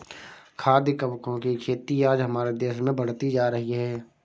खाद्य कवकों की खेती आज हमारे देश में बढ़ती जा रही है